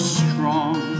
strong